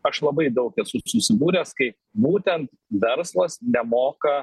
aš labai daug esu susidūręs kai būtent verslas nemoka